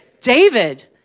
David